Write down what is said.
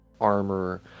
armor